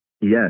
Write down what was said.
Yes